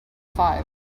five